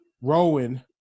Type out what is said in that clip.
Rowan